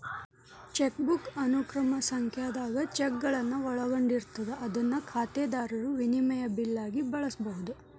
chequebook ಅನುಕ್ರಮ ಸಂಖ್ಯಾದಾಗ ಚೆಕ್ಗಳನ್ನ ಒಳಗೊಂಡಿರ್ತದ ಅದನ್ನ ಖಾತೆದಾರರು ವಿನಿಮಯದ ಬಿಲ್ ಆಗಿ ಬಳಸಬಹುದು